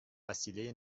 وسیله